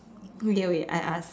wait wait I ask